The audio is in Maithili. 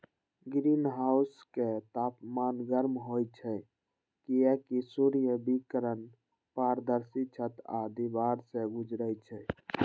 ग्रीनहाउसक तापमान गर्म होइ छै, कियैकि सूर्य विकिरण पारदर्शी छत आ दीवार सं गुजरै छै